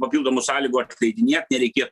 papildomų sąlygų atleidinėti nereikėtų